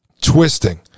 twisting